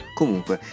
comunque